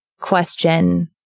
question